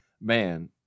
Man